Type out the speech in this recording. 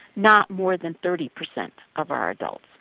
not more than thirty percent of our adults.